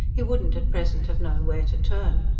he wouldn't at present have known where to turn.